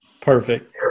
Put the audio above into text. Perfect